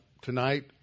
tonight